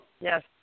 Yes